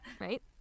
Right